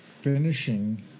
finishing